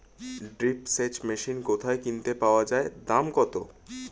Drip সেচ machine কোথায় কিনতে পাওয়া যায় দাম কত?